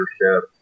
leadership